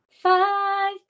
five